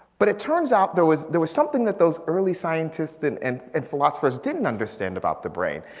but it turns out there was there was something that those early scientists and and and philosophers didn't understand about the brain.